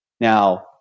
Now